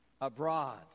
abroad